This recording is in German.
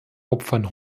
opfern